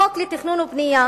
החוק לתכנון ובנייה